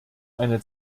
eine